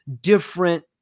different